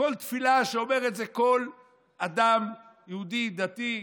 תפילה שאומר כל אדם יהודי דתי,